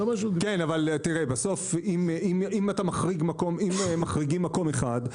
כן אבל תראה, בסוף אם מחריגים מקום אחד,